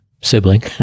sibling